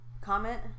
comment